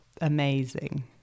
amazing